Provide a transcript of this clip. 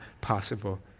possible